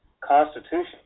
Constitution